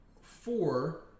four